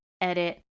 edit